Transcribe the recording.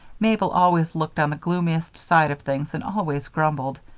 mabel always looked on the gloomiest side of things and always grumbled.